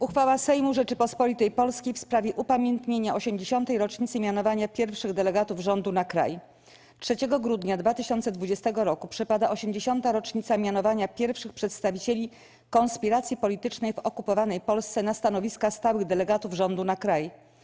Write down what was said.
Uchwała Sejmu Rzeczypospolitej Polskiej w sprawie upamiętnienia 80. rocznicy mianowania pierwszych delegatów rządu na kraj 3 grudnia 2020 roku przypada 80. rocznica mianowania pierwszych przedstawicieli konspiracji politycznej w okupowanej Polsce na stanowiska stałych delegatów rządu na kraj.